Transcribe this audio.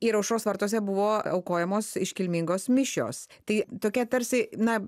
ir aušros vartuose buvo aukojamos iškilmingos mišios tai tokia tarsi na